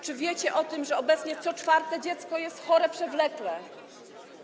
Czy wiecie o tym, że obecnie co czwarte dziecko jest chore przewlekle?